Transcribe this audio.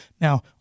Now